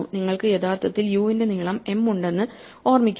നിങ്ങൾക്ക് യഥാർത്ഥത്തിൽ u ന്റെ നീളം m ഉണ്ടെന്ന് ഓർമ്മിക്കുക